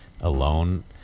alone